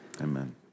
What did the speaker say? Amen